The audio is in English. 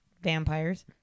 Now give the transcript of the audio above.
Vampires